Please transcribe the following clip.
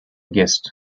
guest